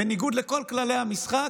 בניגוד לכל כללי המשחק,